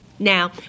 Now